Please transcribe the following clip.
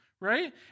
right